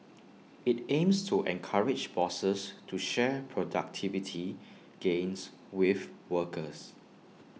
IT aims to encourage bosses to share productivity gains with workers